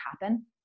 happen